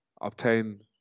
obtain